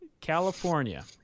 california